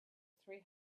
three